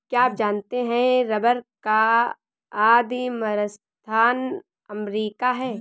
क्या आप जानते है रबर का आदिमस्थान अमरीका है?